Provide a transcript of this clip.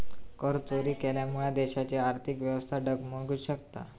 करचोरी केल्यामुळा देशाची आर्थिक व्यवस्था डगमगु शकता